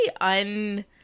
Un-